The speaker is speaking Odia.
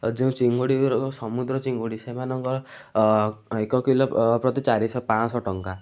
ଯେଉଁ ଚିଙ୍ଗୁଡ଼ି ସମୁଦ୍ର ଚିଙ୍ଗୁଡ଼ି ସେମାନଙ୍କ ଏକ କିଲୋ ପ୍ରତି ଚାରିଶହ ପାଞ୍ଚଶହ ଟଙ୍କା